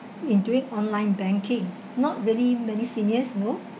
in doing online banking not really many seniors know